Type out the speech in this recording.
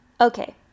Okay